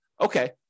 okay